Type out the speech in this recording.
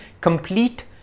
complete